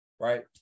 right